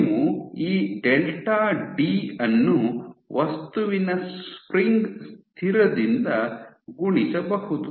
ನೀವು ಈ delta D ಅನ್ನು ವಸ್ತುವಿನ ಸ್ಪ್ರಿಂಗ್ ಸ್ಥಿರದಿಂದ ಗುಣಿಸಬಹುದು